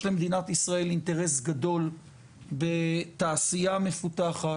יש למדינת ישראל אינטרס גדול בתעשייה מפותחת.